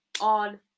on